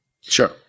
Sure